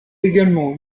également